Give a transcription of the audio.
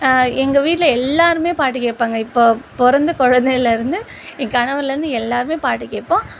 எங்கள் வீட்டில எல்லாருமே பாட்டு கேட்பாங்க இப்போ பிறந்த குழந்தையிலேருந்து என் கணவர்லேருந்து எல்லாருமே பாட்டு கேட்போம்